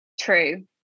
True